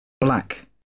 Black